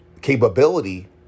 capability